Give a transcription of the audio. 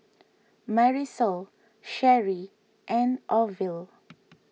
Marisol Sheri and Orvil